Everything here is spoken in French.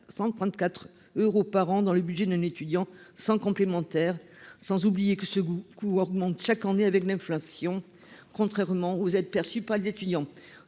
134 euros par an dans le budget d'un étudiant sans complémentaire. De surcroît, ce coût augmente chaque année avec l'inflation, contrairement aux aides perçues par les étudiants.